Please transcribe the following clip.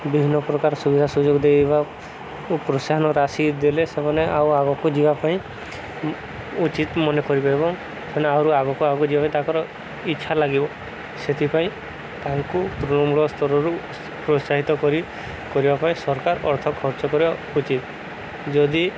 ବିଭିନ୍ନ ପ୍ରକାର ସୁବିଧା ସୁଯୋଗ ଦେଇ ବା ପ୍ରୋତ୍ସାହନ ରାଶି ଦେଲେ ସେମାନେ ଆଉ ଆଗକୁ ଯିବା ପାଇଁ ଉଚିତ ମନେ କରିବେ ଏବଂ ସେମାନେ ଆହୁରି ଆଗକୁ ଆଗକୁ ଯିବା ପାଇଁ ତାଙ୍କର ଇଚ୍ଛା ଲାଗିବ ସେଥିପାଇଁ ତାଙ୍କୁ ତୃଣମୂଳ ସ୍ତରରୁ ପ୍ରୋତ୍ସାହିତ କରି କରିବା ପାଇଁ ସରକାର ଅର୍ଥ ଖର୍ଚ୍ଚ କରିବା ଉଚିତ ଯଦି